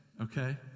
okay